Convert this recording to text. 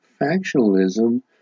factionalism